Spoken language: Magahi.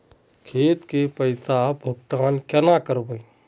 खेत के पैसा भुगतान केना करबे?